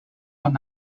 from